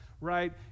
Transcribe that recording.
right